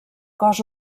cos